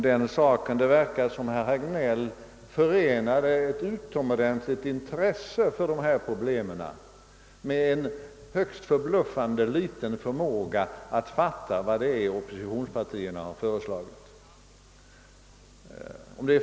Det verkar som om herr Hagnell förenar ett utomordentligt intresse för dessa problem med en högst förbluffande oförmåga att fatta vad det är oppositionspartierna föreslagit.